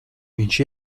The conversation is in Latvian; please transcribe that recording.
viņš